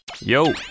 Yo